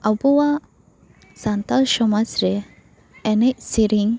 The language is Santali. ᱟᱵᱚᱣᱟᱜ ᱥᱟᱱᱛᱟᱞ ᱥᱚᱢᱟᱡ ᱨᱮ ᱮᱱᱮᱡ ᱥᱮᱨᱮᱧ